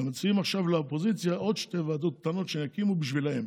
ומציעים עכשיו לאופוזיציה עוד שתי ועדות קטנות שיקימו בשבילה.